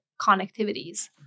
connectivities